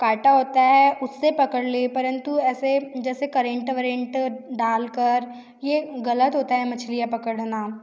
काँटा होता है उससे पकड़ लें परंतु ऐसे जैसे करेंट वरेंट डाल कर ये ग़लत होता है मछलियाँ पकड़ना